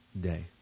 day